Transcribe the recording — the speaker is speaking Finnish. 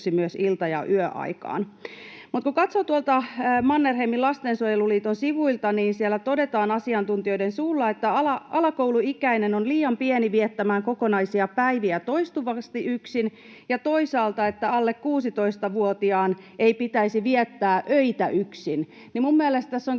myös ilta‑ ja yöaikaan. Kun katsoo tuolta Mannerheimin Lastensuojeluliiton sivuilta, niin siellä todetaan asiantuntijoiden suulla, että alakouluikäinen on liian pieni viettämään kokonaisia päiviä toistuvasti yksin, ja toisaalta, että alle 16-vuotiaan ei pitäisi viettää öitä yksin. Minun mielestäni tässä on